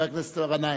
חבר הכנסת גנאים.